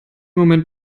moment